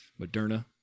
Moderna